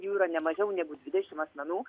jų yra ne mažiau negu dvidešimt asmenų